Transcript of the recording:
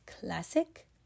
classic